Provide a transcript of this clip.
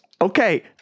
Okay